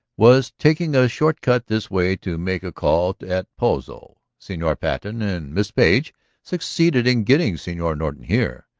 was taking a short cut this way to make a call at pozo. senor patten and miss page succeeded in getting senor norton here,